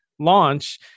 launch